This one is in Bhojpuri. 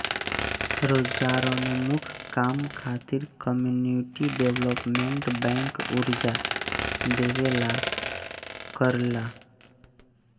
रोजगारोन्मुख काम खातिर कम्युनिटी डेवलपमेंट बैंक कर्जा देवेला करेला